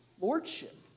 lordship